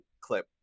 clip